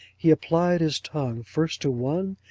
he applied his tongue first to one,